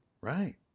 right